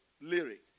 lyric